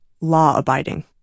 law-abiding